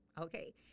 okay